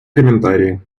комментарии